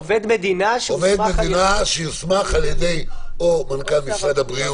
עובד מדינה שיוסמך על ידי מנכ"ל משרד הבריאות